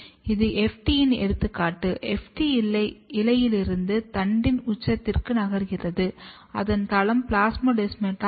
இது FT இன் எடுத்துக்காட்டு FT இலையிலிருந்து தண்டின் உச்சத்திற்கு நகர்கிறது அதன் தளம் பிளாஸ்மோடெஸ்மாடா ஆகும்